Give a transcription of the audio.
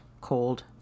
Cold